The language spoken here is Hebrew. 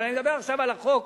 אבל אני מדבר עכשיו על החוק.